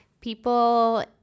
people